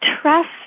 trust